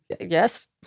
yes